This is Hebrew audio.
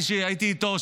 הייתי איתו,